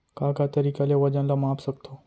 का का तरीक़ा ले वजन ला माप सकथो?